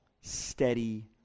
steady